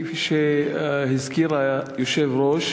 כפי שהזכיר היושב-ראש,